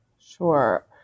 Sure